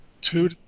two